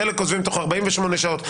חלק עוזבים בתוך 48 שעות,